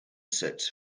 sets